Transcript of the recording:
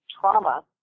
trauma